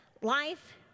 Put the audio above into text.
life